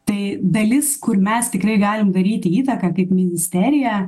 tai dalis kur mes tikrai galim daryti įtaką kaip ministerija